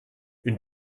une